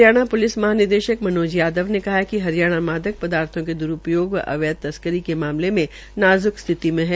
Haryana police महानिदेशक मनोज यादव ने कहा है कि हरियाणा मादक पदार्थो के द्रूपयोग व अवैध तस्करी के मामले में नाज्क स्थिति में है